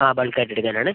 ആ ബൾക്കായിട്ട് എടുക്കാനാണ്